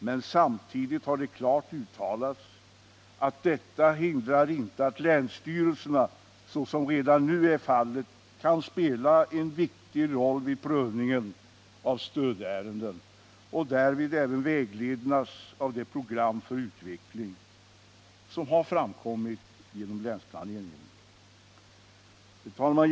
Men samtidigt har det klart uttalats att detta inte hindrar att länsstyrelserna — såsom redan nu är fallet — kan spela en viktig roll vid prövningen av stödärenden och därvid även vägledas av det program för utveckling som har framkommit genom länsplaneringen. Herr talman!